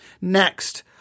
Next